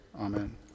Amen